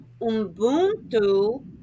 Ubuntu